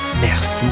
Merci